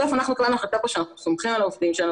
בסוף אנחנו קיבלנו החלטה שאנחנו סומכים על העובדים שלנו